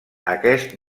aquest